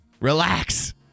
Relax